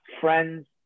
friends